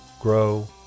grow